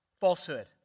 falsehood